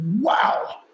Wow